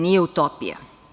Nije utopija.